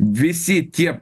visi tie